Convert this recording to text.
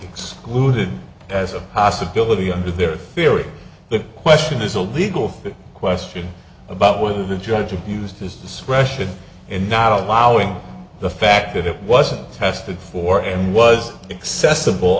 excluded as a possibility under their theory the question is a legal question about whether the judge abused his discretion in not allowing the fact that it wasn't tested for and was accessible